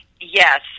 yes